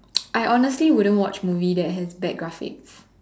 I honestly wouldn't watch movies that has bad graphics